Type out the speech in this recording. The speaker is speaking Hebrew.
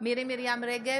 מירי מרים רגב,